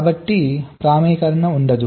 కాబట్టి ప్రామాణీకరణ ఉండదు